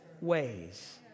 ways